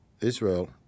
Israel